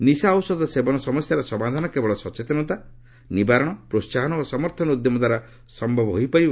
ନିଶା ଔଷଧ ସେବନ ସମସ୍ୟାର ସମାଧାନ କେବଳ ସଚେତନତା ନିବାରଣ ପ୍ରୋହାହନ ଓ ସମର୍ଥନ ଉଦ୍ୟମ ଦ୍ୱାରା ସମ୍ଭବ ହୋଇପାରିବ